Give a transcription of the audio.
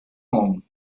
home